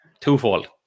twofold